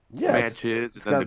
matches